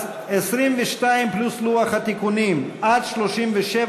22 פלוס לוח התיקונים עד 37,